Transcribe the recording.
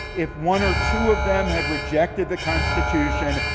if one or two of them had rejected the constitution,